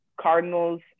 Cardinals